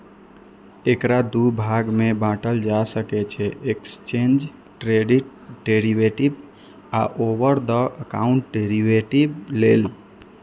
एकरा दू भाग मे बांटल जा सकै छै, एक्सचेंड ट्रेडेड डेरिवेटिव आ ओवर द काउंटर डेरेवेटिव लेल